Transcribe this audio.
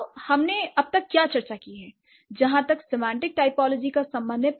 तो हमने अब तक क्या चर्चा की है जहाँ तक सिमेंट्रिक् टाइपोलॉजी का संबंध है